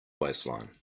waistline